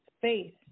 Faith